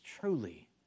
truly